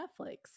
Netflix